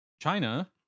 China